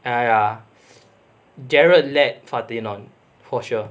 !aiya! gerald led fatin on for sure